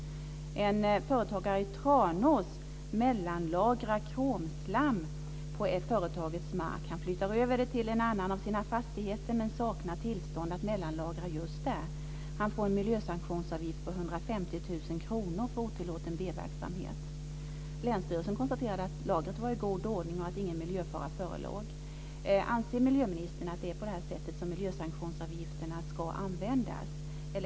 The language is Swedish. En företagare i Tranås mellanlagrar kromslam på företagets mark. Han flyttar över det till en annan av hans fastigheter, men han saknar tillstånd att mellanlagra just där. Han får en miljösanktionsavgift på 150 000 kr för otillåten verksamhet. Länsstyrelsen konstaterade att lagret var i god ordning och att det inte förelåg någon miljöfara. Anser miljöministern att det är på det sättet miljösanktionsavgifterna ska användas?